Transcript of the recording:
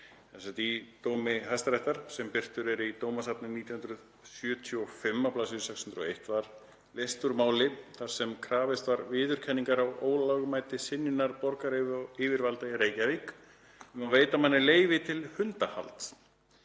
forseta: „Í dómi Hæstaréttar, sem birtur er í dómasafni 1975, bls. 601, var leyst úr máli þar sem krafist var viðurkenningar á ólögmæti synjunar borgaryfirvalda í Reykjavík um að veita manni leyfi til hundahalds.